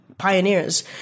pioneers